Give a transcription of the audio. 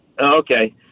Okay